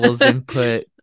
input